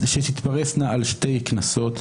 שתתפרס נא על שתי כנסות.